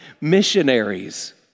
missionaries